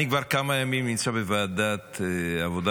אני כבר כמה ימים נמצא בוועדת העבודה